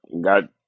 got